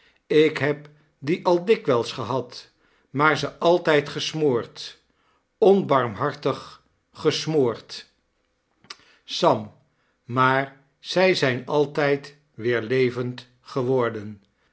ik heb die al dikwijls gehad maar ze altijd gesmoord onbarmhartig gesmoord sam maar zij zijn altyd weer levend geworden